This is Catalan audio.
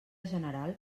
general